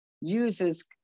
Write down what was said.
uses